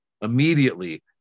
immediately